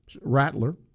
Rattler